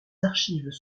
archives